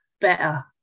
better